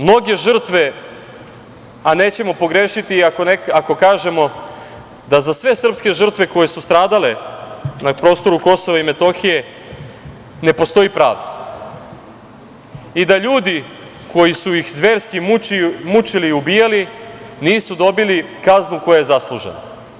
Nažalost, mnoge žrtve, a nećemo pogrešiti ako kažemo da za sve srpske žrtve koje su stradale na prostoru Kosova i Metohije ne postoji pravda i da ljudi koji su ih zverski mučili i ubijali nisu dobili kaznu koja je zaslužena.